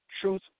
truth